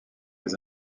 les